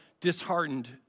disheartened